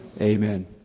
amen